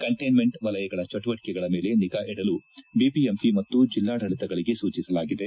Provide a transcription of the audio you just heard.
containment ವಲಯಗಳ ಚಟುವಟಿಕೆಗಳ ಮೇಲೆ ನಿಗಾ ಇಡಲು ಬಿಬಿಎಂಪಿ ಮತ್ತು ಜಿಲ್ಲಾಡಳಿತಗಳಿಗೆ ಸೂಚಿಸಲಾಗಿದೆ